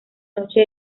noche